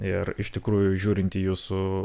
ir iš tikrųjų žiūrint į jūsų